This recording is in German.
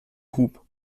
hub